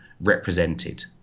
represented